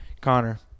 Connor